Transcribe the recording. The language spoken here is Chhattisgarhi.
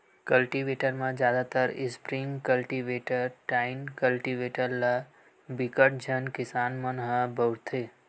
कल्टीवेटर म जादातर स्प्रिंग कल्टीवेटर, टाइन कल्टीवेटर ल बिकट झन किसान मन ह बउरथे